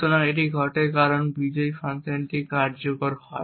সুতরাং এটি ঘটে কারণ বিজয়ী ফাংশনটি কার্যকর হয়